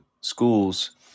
schools